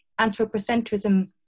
anthropocentrism